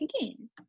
again